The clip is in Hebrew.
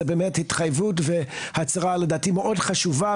זה באמת התחייבות והצהרה מאוד חשובה,